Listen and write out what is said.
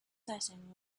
setting